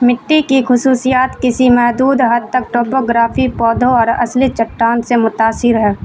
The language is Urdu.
مٹی کی خصوصیات کسی محدود حد تک ٹوپوگرافی پودوں اور اصلی چٹان سے متاثر ہیں